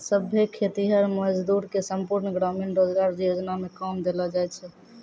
सभै खेतीहर मजदूर के संपूर्ण ग्रामीण रोजगार योजना मे काम देलो जाय छै